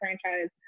franchise